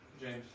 James